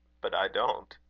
but i don't,